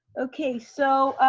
okay, so,